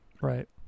Right